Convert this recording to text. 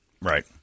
Right